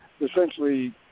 Essentially